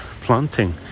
planting